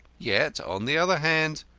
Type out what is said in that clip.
yet, on the other hand,